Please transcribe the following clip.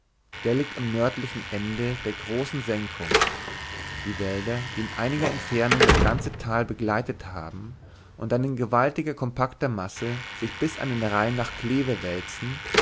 der liegt am nördlichen ende der großen senkung die wälder die in einiger entfernung das ganze tal begleitet haben und dann in gewaltiger kompakter masse sich bis an den rhein nach cleve wälzen